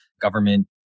government